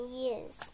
years